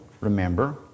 remember